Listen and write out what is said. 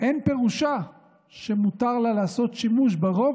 אין פירושה שמותר לה לעשות שימוש ברוב